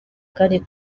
kandi